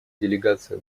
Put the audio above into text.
делегация